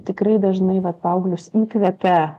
tikrai dažnai vat paauglius įkvepia